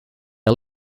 are